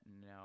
No